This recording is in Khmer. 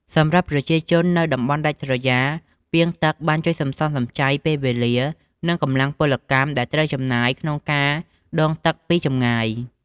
សម្រាប់ប្រជាជននៅតំបន់ដាច់ស្រយាល ពាងទឹកបានជួយសន្សំសំចៃពេលវេលា និងកម្លាំងពលកម្មដែលត្រូវចំណាយក្នុងការដងទឹកពីចម្ងាយ។